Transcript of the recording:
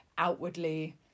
outwardly